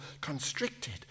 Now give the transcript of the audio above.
constricted